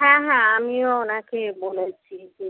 হ্যাঁ হ্যাঁ আমিও ওনাকে বলেছি যে